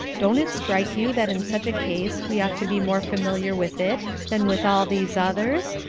don't it strike you that in such a case we ought to be more familiar with it than with all these others?